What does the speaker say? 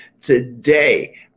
Today